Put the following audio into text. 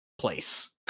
place